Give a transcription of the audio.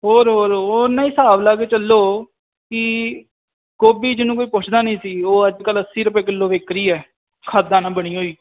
ਹੋਰ ਹੋਰ ਓਨਾ ਹੀ ਹਿਸਾਬ ਲਾ ਕੇ ਚੱਲੋ ਕਿ ਗੋਭੀ ਜਿਹਨੂੰ ਕੋਈ ਪੁੱਛਦਾ ਨਹੀਂ ਸੀ ਉਹ ਅੱਜ ਕੱਲ੍ਹ ਅੱਸੀ ਰੁਪਏ ਕਿਲੋ ਵਿਕ ਰਹੀ ਹੈ ਖਾਦਾਂ ਨਾਲ ਬਣੀ ਹੋਈ